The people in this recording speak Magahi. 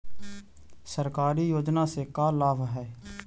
सरकारी योजना से का लाभ है?